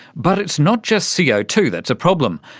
but it's not just c o two that's a problem.